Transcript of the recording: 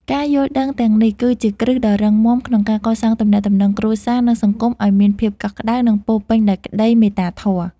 ការយល់ដឹងទាំងនេះ គឺជាគ្រឹះដ៏រឹងមាំក្នុងការកសាងទំនាក់ទំនងគ្រួសារ និងសង្គមឱ្យមានភាពកក់ក្ដៅ និងពោរពេញដោយក្ដីមេត្តាធម៌។